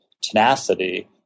tenacity